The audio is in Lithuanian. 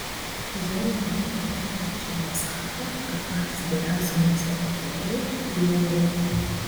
žolininkė danutė kunčienė sako kad patys geriausi maisto papildai pievoje